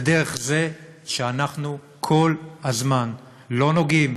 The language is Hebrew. זה דרך זה שאנחנו כל הזמן לא נוגעים